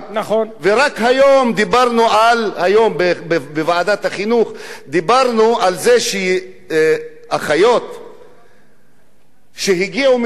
רק היום בוועדת החינוך דיברנו על זה שאחיות שהגיעו מנצרת,